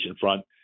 front